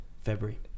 February